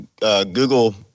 Google